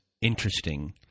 interesting